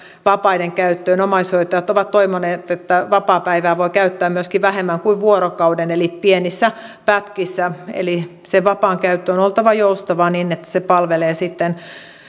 vapaiden käyttöön omaishoitajat ovat toivoneet että vapaapäivää voi käyttää myöskin vähemmän kuin vuorokauden eli pienissä pätkissä eli sen vapaan käytön on oltava joustavaa niin että se palvelee sitten